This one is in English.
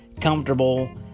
comfortable